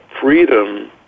freedom